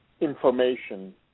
information